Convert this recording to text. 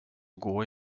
går